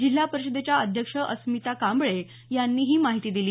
जिल्हा परिषदेच्या अध्यक्ष अस्मिता कांबळे यांनी ही माहिती दिली